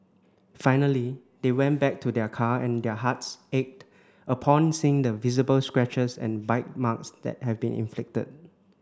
finally they went back to their car and their hearts ached upon seeing the visible scratches and bite marks that had been inflicted